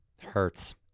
Hurts